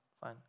fine